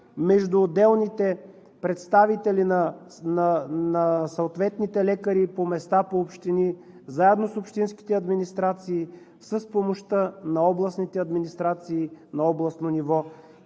между отделните представители на съответните лекари по места, по общини, заедно с общинските администрации, с помощта на областните администрации на областно ниво.